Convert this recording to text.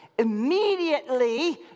immediately